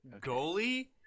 Goalie